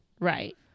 Right